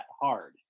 hard